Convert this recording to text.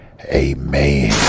Amen